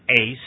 ace